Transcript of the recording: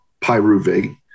pyruvate